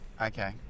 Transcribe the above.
Okay